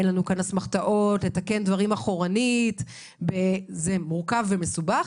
אין לנו כאן אסמכתאות לתקן דברים אחורנית וזה מורכב ומסובך,